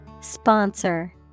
Sponsor